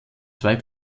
zwei